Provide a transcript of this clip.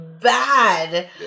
bad